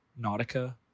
Nautica